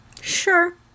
Sure